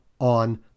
on